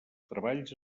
treballs